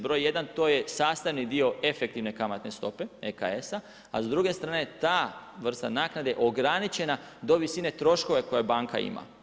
Broj jedan, to je sastavni dio efektivne kamatne stope, EKS-a, a s druge strane ta vrsta naknade je ograničena do visine troškova koje banka ima.